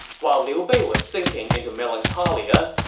while liu bei was sinking into melancholia,